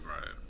Right